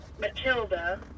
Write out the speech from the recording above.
Matilda